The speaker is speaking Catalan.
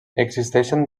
existeixen